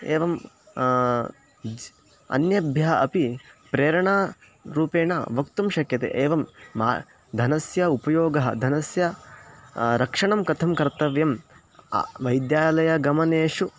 एवं ज् अन्येभ्यः अपि प्रेरणारूपेण वक्तुं शक्यते एवं मा धनस्य उपयोगः धनस्य रक्षणं कथं कर्तव्यं वैद्यालयगमनेषु